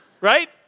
Right